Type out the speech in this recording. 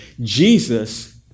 Jesus